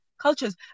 cultures